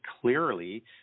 clearly